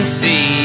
see